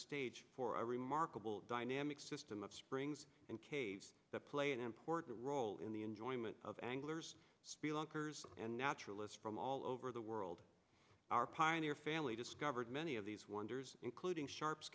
stage for a remarkable dynamic system of springs and caves that play an important role in the enjoyment of anglers and naturalists from all over the world our pioneer family discovered many of these wonders including shar